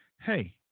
hey